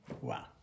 Wow